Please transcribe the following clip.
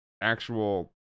actual